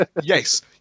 yes